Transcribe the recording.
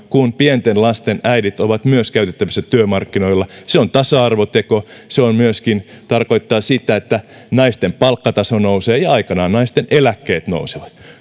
kun pienten lasten äidit ovat myös käytettävissä työmarkkinoilla se on tasa arvoteko se myöskin tarkoittaa sitä että naisten palkkataso nousee ja aikanaan naisten eläkkeet nousevat